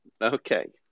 okay